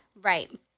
Right